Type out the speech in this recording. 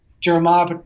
Jeremiah